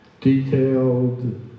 Detailed